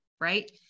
right